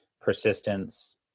persistence